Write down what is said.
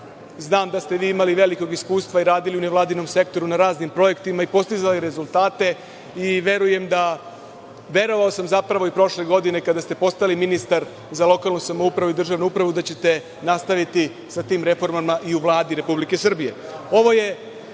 znam da ste vi imali velikog iskustva i radili u nevladinom sektoru na raznim projektima i postizali rezultate. Verujem i verovao sam zapravo i prošle godine, kada ste postali ministar za lokalnu samoupravu i državnu upravu, da ćete nastaviti sa tim reformama i u Vladi Republike Srbije.